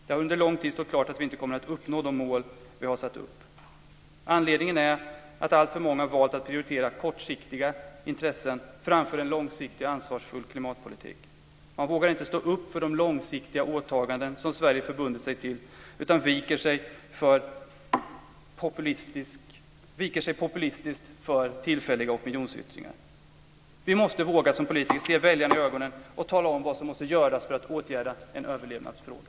Det har under lång tid stått klart att vi inte kommer att uppnå de mål som vi har satt upp. Anledningen är att alltför många valt att prioritera kortsiktiga intressen framför en långsiktig, ansvarsfull klimatpolitik. Man vågar inte stå upp för de långsiktiga åtaganden som Sverige förbundit sig till, utan viker sig populistiskt för tillfälliga opinionsyttringar. Vi måste som politiker våga se väljarna i ögonen och tala om vad som måste göras för att åtgärda en överlevnadsfråga.